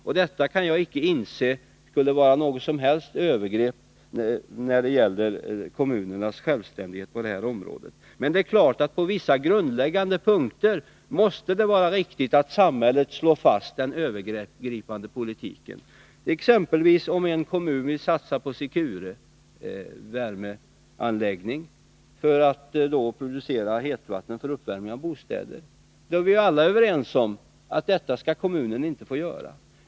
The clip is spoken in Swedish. Att detta skulle vara något som helst övergrepp mot kommunernas självständighet på det här området kan jag icke inse. Men på vissa grundläggande punkter måste det vara riktigt att samhället slår fast den övergripande politiken. Om exempelvis en kommun vill satsa på Secure-värmeanläggning för att producera hetvatten för uppvärmning av bostäder, är vi alla överens om att detta skall kommunen inte få göra.